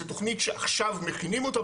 זו תוכנית שעכשיו מכינים אותה,